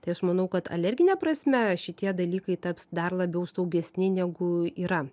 tai aš manau kad alergine prasme šitie dalykai taps dar labiau saugesni negu yra